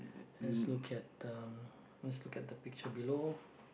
let's look at um let's look at the picture below